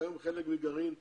כיום חלק מגרעין "צבר"